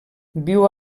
viu